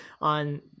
on